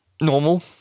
normal